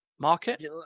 Market